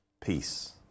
peace